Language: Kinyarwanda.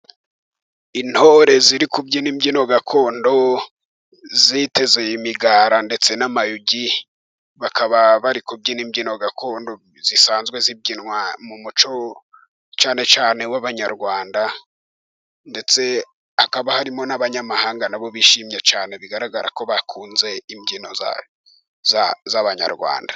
Intore ziri kubyina imbyino gakondo, ziteze imigara ndetse n'amayugi, bakaba bari kubyina imbyino gakondo zisanzwe zibyinywa mu muco cyane cyane w'Abanyarwanda, ndetse hakaba harimo n'abanyamahanga nabo bishimye cyane, bigaragara ko bakunze imbyino z'Abanyarwanda.